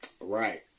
Right